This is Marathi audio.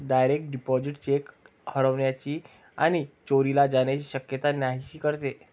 डायरेक्ट डिपॉझिट चेक हरवण्याची आणि चोरीला जाण्याची शक्यता नाहीशी करते